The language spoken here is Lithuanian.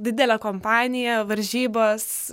didele kompanija varžybos